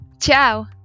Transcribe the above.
ciao